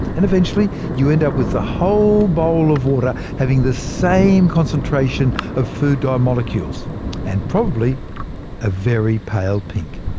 and eventually, you end up with the whole bowl of water having the same concentration of food dye molecules and probably a very pale pink.